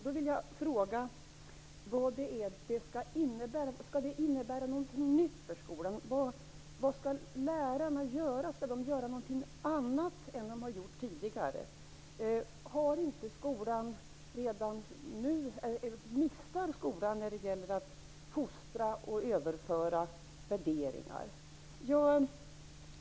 Då vill jag fråga vad det etiska kommer att innebära. Skall det innebära någonting nytt för skolan? Vad skall lärarna göra? Skall de göra någonting annat än vad de har gjort tidigare? Missar skolan när det gäller att fostra och överföra värderingar?